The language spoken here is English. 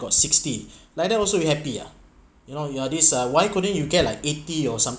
got sixty like that also you happy ah you know you are this ah why couldn't you get like eighty or something